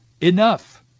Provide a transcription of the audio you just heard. Enough